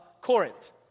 Corinth